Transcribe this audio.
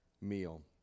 meal